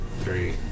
three